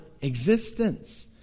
existence